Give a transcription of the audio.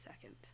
second